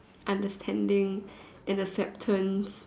understanding and acceptance